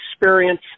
experience